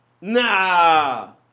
Nah